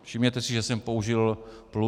Všimněte si, že jsem použil plurál.